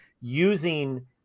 using